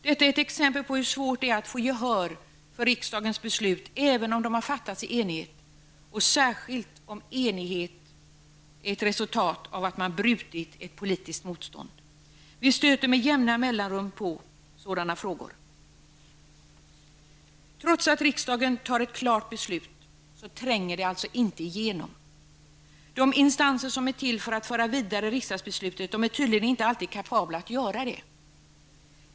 Detta är ett exempel på hur svårt det är att få gehör för riksdagens beslut även om besluten har fattats i enighet och särskilt om enigheten är ett resultat av att ett politiskt motstånd har brutits. Vi stöter med jämna mellanrum på sådana frågor. Trots att riksdagen fattar ett klart beslut tränger det alltså inte igenom. De instanser som är till för att föra vidare riksdagsbeslutet är tydligen inte alltid kapabla att göra det.